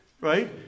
Right